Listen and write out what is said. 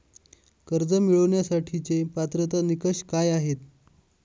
कर्ज मिळवण्यासाठीचे पात्रता निकष काय आहेत?